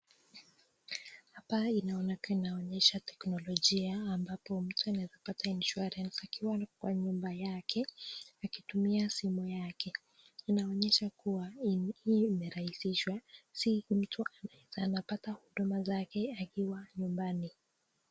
Hapa inaonekana inaonyesha teknolojia ambapo mtu anaweza pata insurance akiwa kwa nyumba yake akitumia simu yake. Inaonyesha kuwa hii imerahisishwa si mtu anaweza anapata huduma zake akiwa nyumbani.